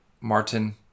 Martin